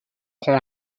prend